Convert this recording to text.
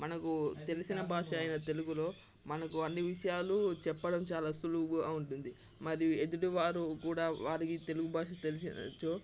మనకు తెలిసిన భాష అయిన తెలుగులో మనకు అన్నీ విషయాలు చెప్పడం చాలా సులువుగా ఉంటుంది మరియు ఎదుటివారు కూడా వారికి తెలుగు భాష తెలిసినచో